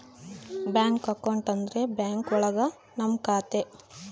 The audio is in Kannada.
ಬ್ಯಾಂಕ್ ಅಕೌಂಟ್ ಅಂದ್ರೆ ಬ್ಯಾಂಕ್ ಒಳಗ ನಮ್ ಖಾತೆ